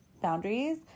boundaries